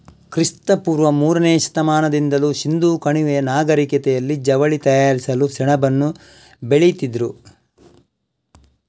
ಕ್ರಿಸ್ತ ಪೂರ್ವ ಮೂರನೇ ಶತಮಾನದಿಂದಲೂ ಸಿಂಧೂ ಕಣಿವೆಯ ನಾಗರಿಕತೆನಲ್ಲಿ ಜವಳಿ ತಯಾರಿಸಲು ಸೆಣಬನ್ನ ಬೆಳೀತಿದ್ರು